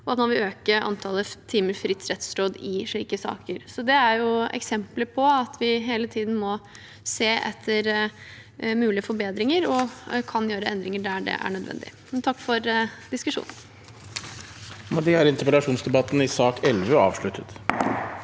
og at man vil øke antallet timer fritt rettsråd i slike saker. Det er eksempler på at vi hele tiden må se etter mulige forbedringer og kan gjøre endringer der det er nødvendig. Takk for diskusjonen. Presidenten Med det er interpellasjons- debatten i sak nr. 11 avsluttet.